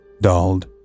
dulled